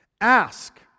Ask